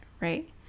right